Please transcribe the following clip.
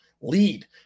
lead